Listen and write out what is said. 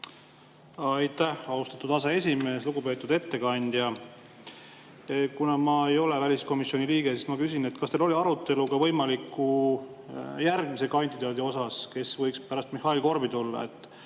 Aitäh, austatud aseesimees! Lugupeetud ettekandja! Kuna ma ei ole väliskomisjoni liige, siis ma küsin, kas teil oli arutelu ka võimaliku järgmise kandidaadi üle, kes võiks pärast Mihhail Korbi tulla.